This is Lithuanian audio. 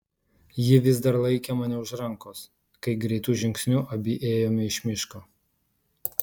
ji vis dar laikė mane už rankos kai greitu žingsniu abi ėjome iš miško